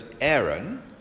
Aaron